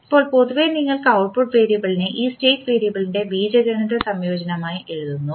ഇപ്പോൾ പൊതുവേ നിങ്ങൾ ഔട്ട്പുട്ട് വേരിയബിളിനെ ഈ സ്റ്റേറ്റ് വേരിയബിളിന്റെ ബീജഗണിത സംയോജനമായി എഴുതുന്നു